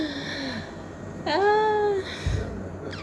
oh ah